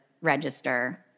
register